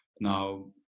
now